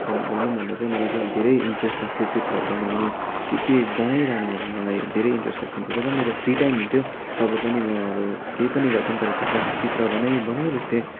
भन् भनौँ भन्दा चाहिँ मलाई चाहिँ अब धेरै इन्ट्रेस्ट लाग्थ्यो चित्र बनाउनु के के बनाइहरनु मलाई धेरै इन्ट्रेस्ट लाग्थ्यो जब मेरो फ्रि टाइम हुन्थ्यो तब पनि म अब केही पनि गर्थिनँ तर चित्र चित्र बनाई बनाई बस्थेँ